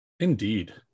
Indeed